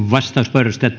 arvoisa